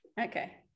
Okay